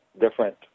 different